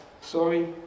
Sorry